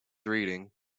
reading